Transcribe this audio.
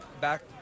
back